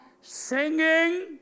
singing